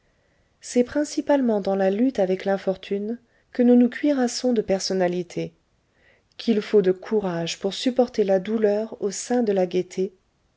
c'est principalement dans la lutte avec l'infortune que nous nous cuirassons de personnalité qu'il faut de courage pour supporter la douleur au sein de la gaîté